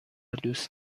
دوست